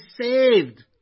saved